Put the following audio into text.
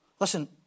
Listen